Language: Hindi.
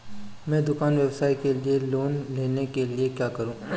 मैं दुकान व्यवसाय के लिए लोंन लेने के लिए क्या करूं?